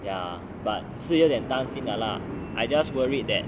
ya but 是有点担心的 lah I just worried that